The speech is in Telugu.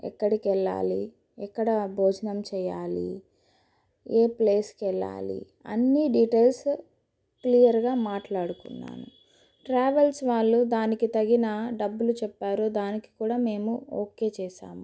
ఎక్కడికి వెళ్ళాలి ఎక్కడ భోజనం చెయ్యాలి ఏ ప్లేస్కి వెళ్ళాలి అన్ని డీటెయిల్స్ క్లియర్గా మాట్లాడుకున్నాను ట్రావెల్స్ వాళ్ళు దానికి తగిన డబ్బులు చెప్పారు దానికి కూడా మేము ఓకే చేసాము